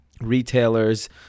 retailers